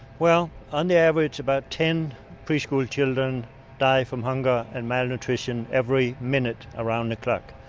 well, on the average about ten preschool children die from hunger and malnutrition every minute around the clock.